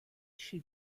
she